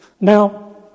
Now